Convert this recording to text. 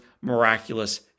miraculous